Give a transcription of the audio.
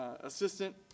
assistant